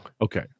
Okay